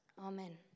Amen